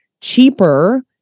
cheaper